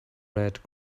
red